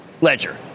Ledger